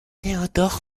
théodore